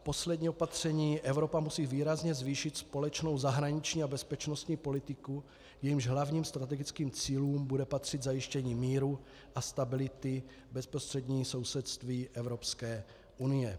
Poslední opatření Evropa musí výrazně zvýšit společnou zahraniční a bezpečnostní politiku, k jejímž hlavním strategickým cílům bude patřit zajištění míru a stability v bezprostředním sousedství Evropské unie.